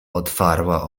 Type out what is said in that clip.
otwarła